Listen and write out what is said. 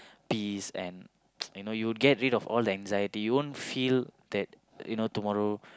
peace and you know you will get rid of all the anxiety you won't feel that you know tomorrow